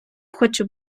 хоче